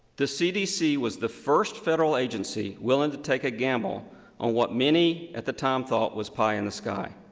the cdc was the first federal agency willing to take a gamble on what many at the time thought was pie in the sky.